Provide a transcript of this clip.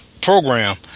program